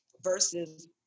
versus